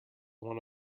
one